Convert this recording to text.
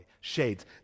Shades